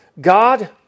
God